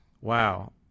Wow